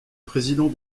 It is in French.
président